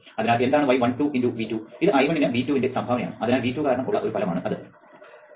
അതിനാൽ എന്താണ് y12 × V2 ഇത് I1 ന് V2 ന്റെ സംഭാവനയാണ് അതിനാൽ V2 കാരണം ഉള്ള ഒരു ഫലമാണ് അത്